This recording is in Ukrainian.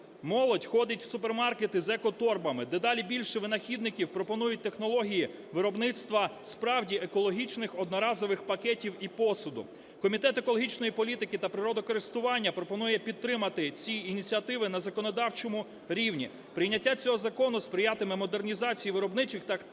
молодь ходить в супермаркети з екоторбами, дедалі більше винахідників пропонують технології виробництва справді екологічних одноразових пакетів і посуду. Комітет екологічної політики та природокористування пропонує підтримати ці ініціативи на законодавчому рівні. Прийняття цього закону сприятиме модернізації виробничих та